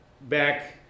back